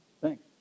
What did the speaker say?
Thanks